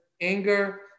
anger